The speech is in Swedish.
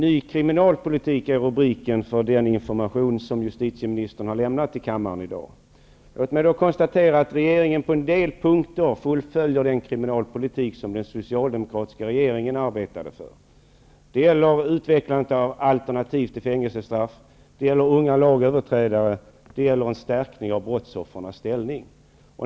Herr talman! Rubriken för den information som justitieministern i dag har lämnat i kammaren är Ny kriminalpolitik. Låt mig då konstatera att justitieministern på en del punkter fullföljer den kriminalpolitik som den socialdemokratiska regeringen arbetade för. Det gäller utvecklandet av alternativ till fängelsestraff, unga lagöverträdare och en stärkning av brottsoffrens ställning.